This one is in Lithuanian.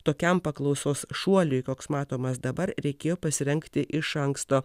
tokiam paklausos šuoliui koks matomas dabar reikėjo pasirengti iš anksto